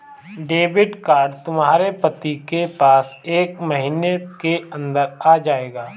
debit card तुम्हारे पति के पास एक महीने के अंदर आ जाएगा